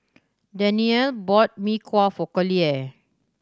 Danyell bought Mee Kuah for Collier